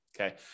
Okay